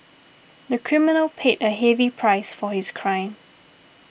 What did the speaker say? the criminal paid a heavy price for his crime